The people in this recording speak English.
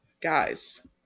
guys